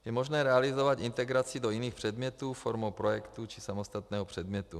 Je možné realizovat integraci do jiných předmětů formou projektu či samostatného předmětu.